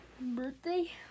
birthday